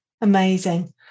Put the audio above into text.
Amazing